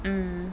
mm